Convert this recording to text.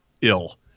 ill